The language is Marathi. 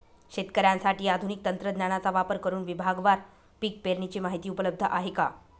शेतकऱ्यांसाठी आधुनिक तंत्रज्ञानाचा वापर करुन विभागवार पीक पेरणीची माहिती उपलब्ध आहे का?